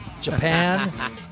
Japan